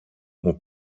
μου